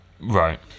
Right